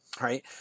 Right